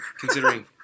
considering